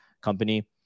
company